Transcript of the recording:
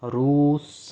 روس